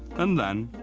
and then,